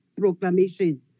proclamation